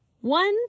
One